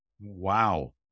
Wow